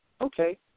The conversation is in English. okay